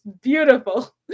beautiful